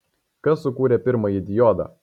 kas sukūrė pirmąjį diodą